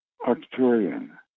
Arcturian